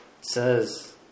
says